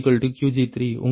Q3Qg3 உங்கள் 0